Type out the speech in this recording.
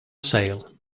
sale